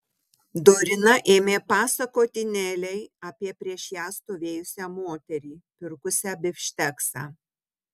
dorina ėmė pasakoti nelei apie prieš ją stovėjusią moterį pirkusią bifšteksą